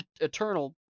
Eternal